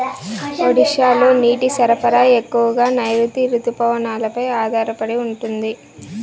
ఒడిశాలో నీటి సరఫరా ఎక్కువగా నైరుతి రుతుపవనాలపై ఆధారపడి ఉంటుంది